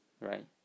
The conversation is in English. Right